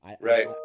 right